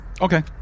Okay